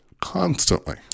constantly